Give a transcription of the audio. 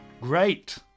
Great